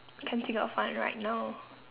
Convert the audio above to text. can't think of one right now